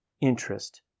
interest